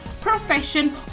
profession